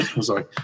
Sorry